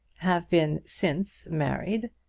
have been since married.